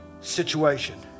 situation